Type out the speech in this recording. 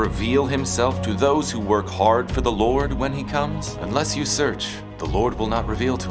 reveal himself to those who work hard for the lord when he comes unless you search the lord will not reveal to